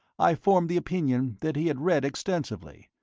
i formed the opinion that he had read extensively,